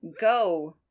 go